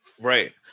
right